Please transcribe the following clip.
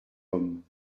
homme